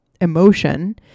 emotion